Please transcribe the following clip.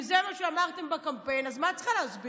זה מה שאמרתם בקמפיין אז מה את צריכה להסביר?